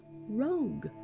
rogue